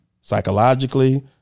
psychologically